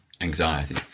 anxiety